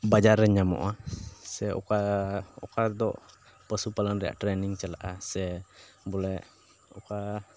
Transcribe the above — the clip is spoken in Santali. ᱵᱟᱡᱟᱨ ᱨᱮ ᱧᱟᱢᱚᱜᱼᱟ ᱥᱮ ᱚᱠᱟ ᱚᱠᱟ ᱫᱚ ᱯᱚᱥᱩ ᱯᱟᱞᱚᱱ ᱨᱮᱭᱟᱜ ᱴᱨᱮᱱᱤᱝ ᱪᱟᱞᱟᱜᱼᱟ ᱥᱮ ᱵᱚᱞᱮ ᱚᱠᱟ